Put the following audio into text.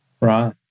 Right